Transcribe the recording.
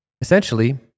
essentially